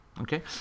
Okay